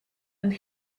and